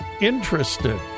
interested